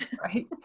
right